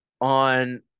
on